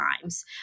times